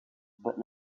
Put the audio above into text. but